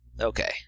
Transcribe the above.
Okay